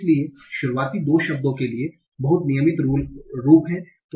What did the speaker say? इसलिए शुरुआती 2 शब्दों के लिए बहुत नियमित रूप हैं